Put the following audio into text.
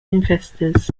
investors